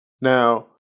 Now